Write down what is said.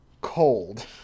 cold